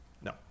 No